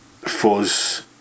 fuzz